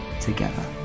together